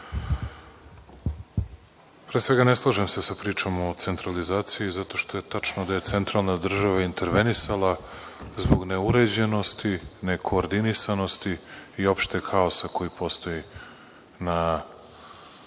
svega, ne slažem se sa pričom o centralizaciji, zato što je tačno da je centralna država intervenisala zbog neuređenosti, nekoordiniranosti i opšteg haosa koji postoji na